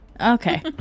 Okay